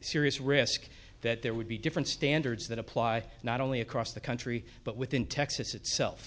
serious risk that there would be different standards that apply not only across the country but within texas itself